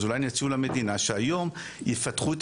אז אולי יציעו למדינה שהיום יפתחו את